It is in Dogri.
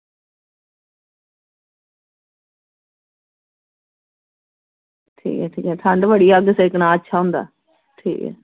ठीक ऐ ठीक ऐ अग्ग सेकना बड़ा मैहंगा होंदा ठीक ऐ